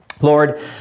Lord